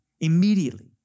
immediately